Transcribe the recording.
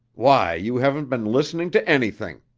why, you haven't been listening to anything!